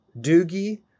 Doogie